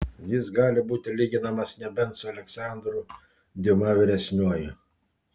jis gali būti lyginamas nebent su aleksandru diuma vyresniuoju